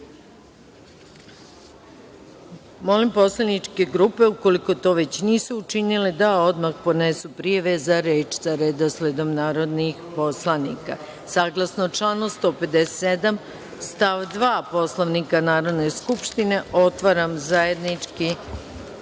poslaničke grupe, ukoliko to već nisu učinile, da odmah podnesu prijave za reč sa redosledom narodnih poslanika. Saglasno članu 157. stav 2. Poslovnika Narodne skupštine, otvaram zajednički